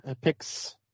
picks